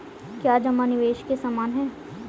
क्या जमा निवेश के समान है?